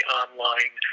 online